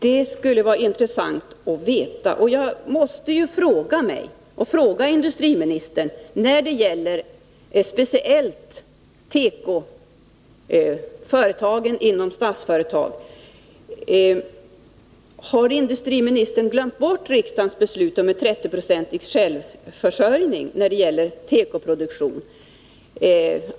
Det skulle vara intressant att få veta det. Jag måste fråga industriministern speciellt när det gäller tekoföretagen inom Statsföretag: Har industriministern glömt bort riksdagens beslut om en 30-procentig självförsörjning när det gäller tekoproduktionen?